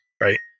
right